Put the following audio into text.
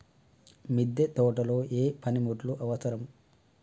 మిద్దె తోటలో ఏ పనిముట్లు అవసరం?